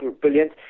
brilliant